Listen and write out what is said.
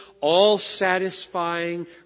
all-satisfying